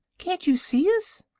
can't you see us?